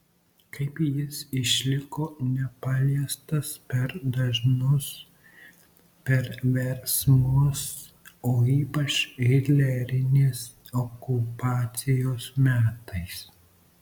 kaip jis išliko nepaliestas per dažnus perversmus o ypač hitlerinės okupacijos metais